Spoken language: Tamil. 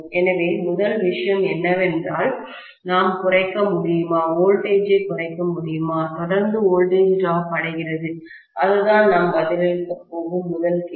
எனவே முதல் விஷயம் என்னவென்றால் நாம் குறைக்க முடியுமா வோல்டேஜைக் குறைக்க முடியுமா தொடர்ந்து வோல்டேஜ் டிராப் அடைகிறது அதுதான் நாம் பதிலளிக்கப் போகும் முதல் கேள்வி